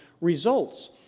results